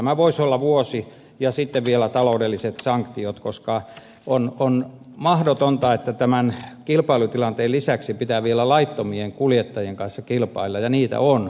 tämä voisi olla vuosi vankeutta ja sitten vielä taloudelliset sanktiot koska on mahdotonta että tämän kilpailutilanteen lisäksi pitää vielä laittomien kuljettajien kanssa kilpailla ja niitä on